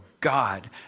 God